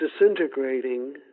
disintegrating